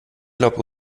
glaubt